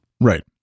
Right